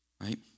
right